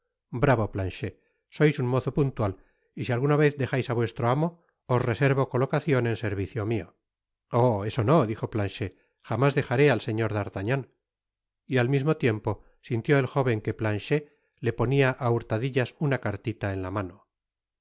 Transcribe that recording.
sois un mozo puntual y si alguna vez dejais á vuestro amo os reservo colocacion en servicio mio oh eso no dijo planchet jamás dejaré al señor d'artagnan y al mismo tiempo sintió el jóven que planchet le ponia á hurtadillas una cartita en la mano